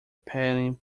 paddling